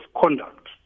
Conduct